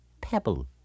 Pebble